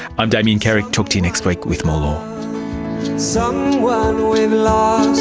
i'm damien carrick, talk to you next week with more law so law